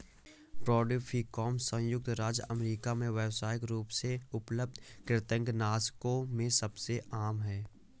brodifacoum संयुक्त राज्य America में व्यावसायिक रूप से उपलब्ध कृंतकनाशकों में सबसे आम है